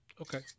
Okay